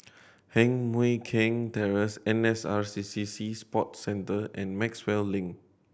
Heng Mui Keng Terrace N S R C C Sea Sports Centre and Maxwell Link